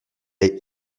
est